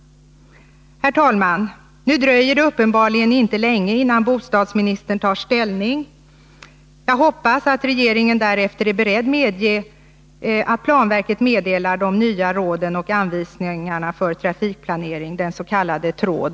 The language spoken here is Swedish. Herr talman! Nu dröjer det uppenbarligen inte länge innan bostadsministern tar ställning. Jag hoppas att regeringen därefter är beredd att medge att planverket meddelar de nya råden och anvisningarna för trafikplanering, TRÅD.